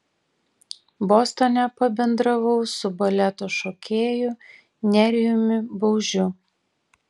bostone pabendravau su baleto šokėju nerijumi baužiu